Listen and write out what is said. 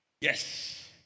Yes